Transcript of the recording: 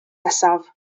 nesaf